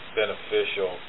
beneficial